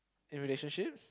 in relationships